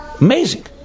amazing